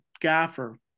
gaffer